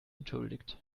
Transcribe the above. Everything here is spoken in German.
entschuldigt